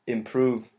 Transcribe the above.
improve